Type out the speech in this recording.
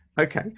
Okay